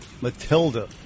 Matilda